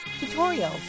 tutorials